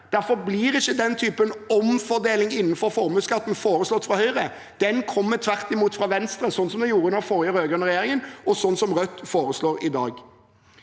Derfor blir ikke slik omfordeling innenfor formuesskatten foreslått fra høyre. Det kommer tvert imot fra venstre, slik det gjorde under den forrige rød–grønne regjeringen, og sånn som Rødt foreslår i dag.